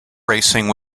racing